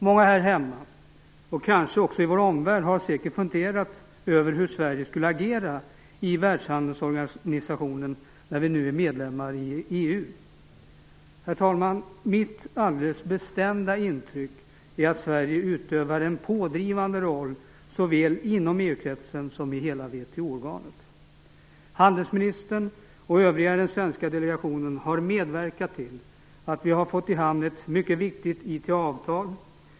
Många här hemma och kanske också i vår omvärld har säkert funderat över hur Sverige skulle agera i Världshandelsorganisationen när vi nu är medlemmar i EU. Herr talman! Mitt alldeles bestämda intryck är att Sverige utövar en pådrivande roll såväl inom EU kretsen som i hela VHO-organet. Handelsministern och övriga i den svenska delegationen har medverkat till att vi har fått i hamn ett mycket viktigt IT-avtal.